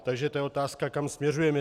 Takže to je otázka, kam směřujeme.